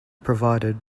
provided